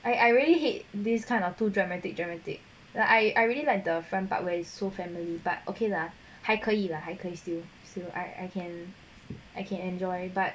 I I really hate this kind of two dramatic dramatic I I really like the front part where it's so family but okay lah 还可以 lah 还可以 still so I I can I can enjoy but